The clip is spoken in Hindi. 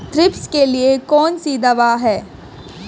थ्रिप्स के लिए कौन सी दवा है?